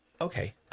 okay